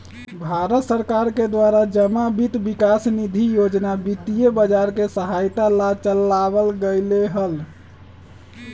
भारत सरकार के द्वारा जमा वित्त विकास निधि योजना वित्तीय बाजार के सहायता ला चलावल गयले हल